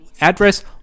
address